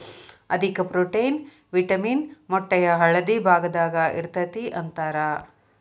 ಅಧಿಕ protein, vitamin ಮೊಟ್ಟೆಯ ಹಳದಿ ಭಾಗದಾಗ ಇರತತಿ ಅಂತಾರ